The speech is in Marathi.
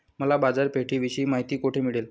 मला बाजारपेठेविषयी माहिती कोठे मिळेल?